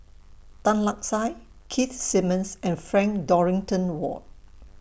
Tan Lark Sye Keith Simmons and Frank Dorrington Ward